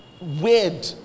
weird